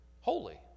Holy